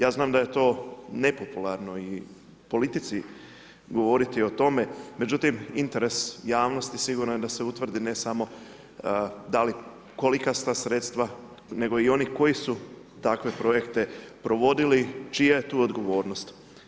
Ja znam da je to nepopularno i politici govoriti o tome, međutim, interes javnosti, sigurno je da se utvrdi ne samo da li kolika su ta sredstva, nego i oni koji su takve projekte provodili, čija je tu odgovornost.